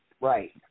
Right